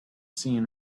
seen